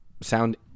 sound